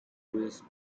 lewis